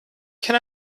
can